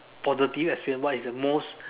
positive experience what is the most